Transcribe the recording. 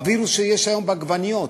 והווירוס שיש היום בעגבניות,